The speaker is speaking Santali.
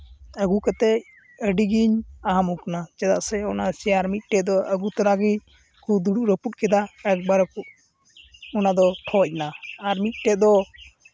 ᱟᱹᱜᱩ ᱠᱟᱛᱮᱫ ᱟᱹᱰᱤᱜᱤᱧ ᱟᱦᱚᱢᱚᱠ ᱮᱱᱟ ᱪᱮᱫᱟᱜ ᱥᱮ ᱚᱱᱟ ᱪᱮᱭᱟᱨ ᱢᱤᱫᱴᱮᱱ ᱫᱚ ᱟᱹᱜᱩ ᱛᱚᱨᱟᱜᱮᱠᱚ ᱫᱩᱲᱩᱵ ᱨᱟᱹᱯᱩᱫ ᱠᱮᱫᱟ ᱮᱠᱵᱟᱨ ᱚᱱᱟᱫᱚ ᱴᱷᱚᱡ ᱮᱱᱟ ᱟᱨ ᱢᱤᱫᱴᱮᱱ ᱫᱚ